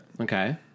Okay